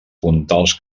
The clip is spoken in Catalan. puntals